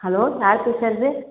hello யார் பேசுறது